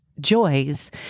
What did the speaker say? joys